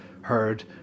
heard